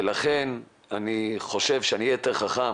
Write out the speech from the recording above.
ולכן אני חושב שאהיה יותר חכם